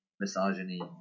misogyny